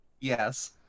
Yes